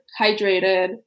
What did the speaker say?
hydrated